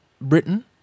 Britain